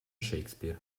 shakespeare